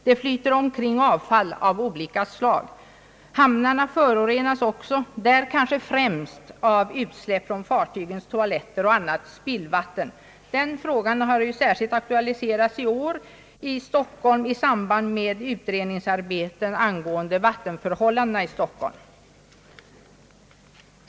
Det flyter omkring avfall av olika slag. Hamnarna förorenas också kanske främst av utsläpp från fartygens toaletter och av spillvatten. Den frågan har särskilt aktualiserats i år i samband med utredningsarbeten angående vattenförhållandena i Stockholm.